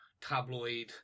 tabloid